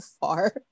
far